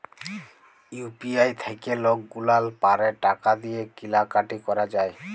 UPI থ্যাইকে লকগুলাল পারে টাকা দিঁয়ে কিলা কাটি ক্যরা যায়